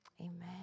amen